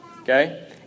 Okay